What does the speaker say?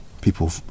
people